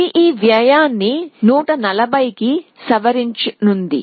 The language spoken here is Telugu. ఇది ఈ వ్యయాన్ని 140 కి సవరించనుంది